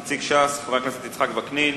נציג ש"ס, חבר הכנסת יצחק וקנין,